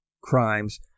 crimes